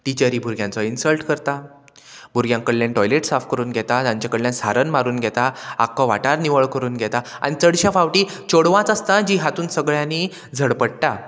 टिचरी भुरग्यांचो इन्सल्ट करता भुरग्यां कडल्यान टॉयलेट साफ करून घेता तांचे कडल्यान सारन मारून घेता आक्को वाठार निवळ करून घेता आनी चडशे फावटी चेडवांच आसता जी हातून सगळ्यांनी झडपडटा